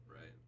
Right